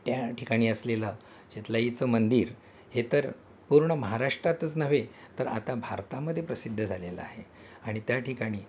त्या ठिकाणी असलेलं शितलाईचं मंदिर हे तर पूर्ण महाराष्ट्रातच नव्हे तर आता भारतामध्ये प्रसिद्ध झालेलं आहे आणि त्या ठिकाणी